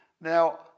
Now